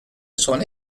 sona